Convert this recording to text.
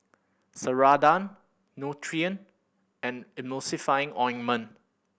Ceradan Nutren and Emulsying Ointment